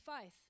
faith